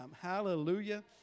Hallelujah